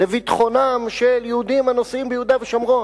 לביטחונם של יהודים הנוסעים ביהודה ושומרון.